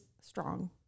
strong